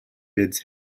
bids